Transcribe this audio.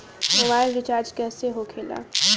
Mobile recharge कैसे होखे ला?